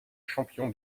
champion